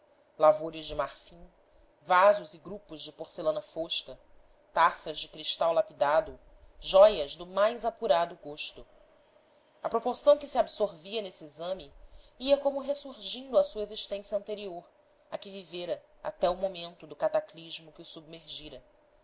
lavores de marfim vasos e grupos de porcelana fosca taças de cristal lapidado jóias do mais apurado gosto à proporção que se absorvia nesse exame ia como ressurgindo à sua existência anterior a que vivera até o momento do cataclismo que o submergira